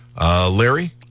Larry